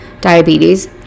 diabetes